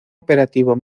operativo